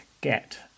get